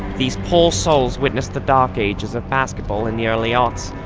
these poor souls witnessed the dark ages of basketball in the early aughts.